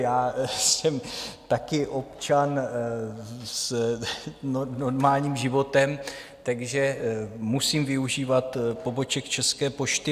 Já jsem také občan s normálním životem, takže musím využívat poboček České pošty.